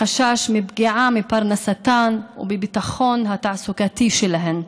החשש מפגיעה בפרנסתן ובביטחון התעסוקתי שלהן.